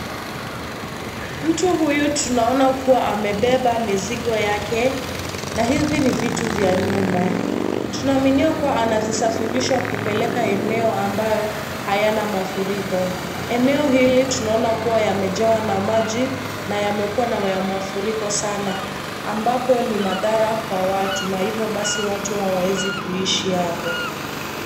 Mtu huyu tunaona kuwa amebeba mzigo yake ,na hivi ni vitu vya nyumba. Tunaaminia kuwa anazisafirisha kupeleka eneo ambayo aina mafuriko eneo hili tunaaminia kuwa anazipeleka mahali ambayo hayana eneo hili tunaona yamejawa mafuriko yamejawa na maji na yamekuwa na nafuriko sana ambapo ni madhara kwa watu na hivyo basi watu awaeziishi hapo.